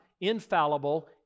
infallible